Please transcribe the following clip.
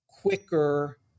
quicker